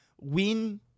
win